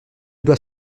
dois